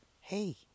Hey